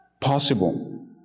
possible